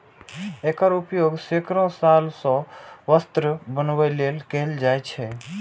एकर उपयोग सैकड़ो साल सं वस्त्र बनबै लेल कैल जाए छै